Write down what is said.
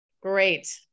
Great